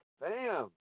Bam